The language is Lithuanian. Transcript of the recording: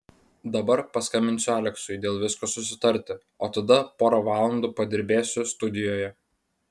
dabar paskambinsiu aleksiui dėl visko susitarti o tada porą valandų padirbėsiu studijoje